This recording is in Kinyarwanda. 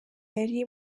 yari